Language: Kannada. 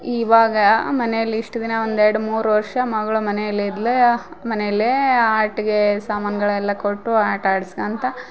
ಇವಾಗ ಮನೆಯಲ್ಲಿ ಇಷ್ಟು ದಿನ ಒಂದು ಎರಡು ಮೂರು ವರ್ಷ ಮಗಳು ಮನೆಯಲಿದ್ಲು ಮನೆಯಲ್ಲೇ ಆಟಿಕೆ ಸಾಮಾನುಗಳೆಲ್ಲಾ ಕೊಟ್ಟು ಆಟ ಆಡ್ಸ್ಕಳ್ತಾ